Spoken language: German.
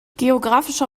geographischer